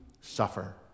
suffer